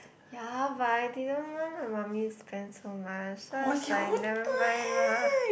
ya but I didn't want my mummy spend so much so I was like never mind lah